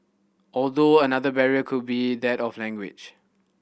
although another barrier could be that of language